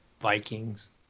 Vikings